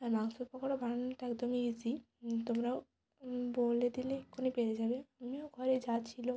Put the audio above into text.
আর মাংসর পকোড়াটা বানানোটা একদমই ইসি তোমরাও বলে দিলে এক্ষুণি পেরে যাবে আমিও ঘরে যা ছিলো